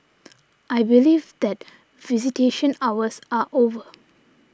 I believe that visitation hours are over